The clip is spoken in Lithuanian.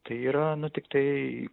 tai yra nu tiktai